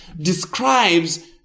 describes